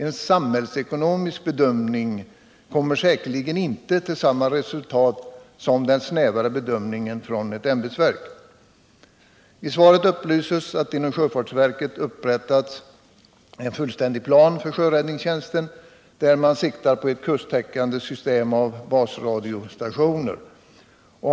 En samhällsekonomisk bedömning ger säkerligen inte samma resultat som den snävare bedömningen från ett ämbetsverk. I svaret upplyses att inom sjöfartsverket upprättats en fullständig plan för sjöräddningstjänsten med sikte på ett kusttäckande system av basradiostationer samt hjälpradioskåp utplacerade vid livligt trafikerade farleder.